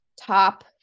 top